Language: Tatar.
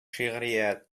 шигърият